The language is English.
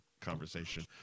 conversation